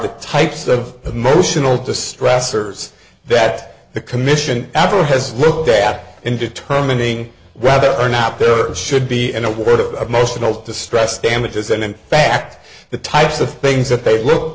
the types of emotional to stressors that the commission after has looked at in determining whether or not they should be in a world of emotional distress damages and in fact the types of things that they look